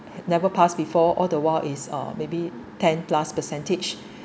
never passed before all the while is uh maybe ten plus percentage